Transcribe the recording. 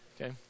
Okay